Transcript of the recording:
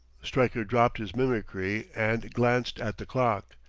stryker dropped his mimicry and glanced at the clock.